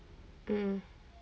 um